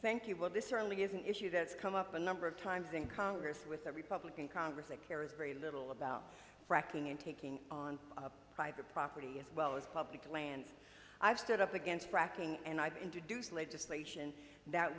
thank you but this certainly is an issue that's come up a number of times in congress with a republican congress that cares very little about fracking and taking on private property as well as public lands i've stood up against fracking and i've introduced legislation that